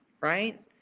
right